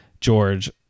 George